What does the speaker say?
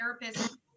therapist